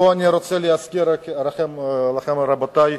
פה אני רוצה להזכיר לכם, רבותי,